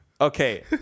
okay